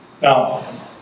Now